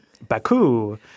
Baku